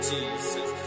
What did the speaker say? Jesus